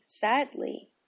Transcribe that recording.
sadly